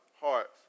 hearts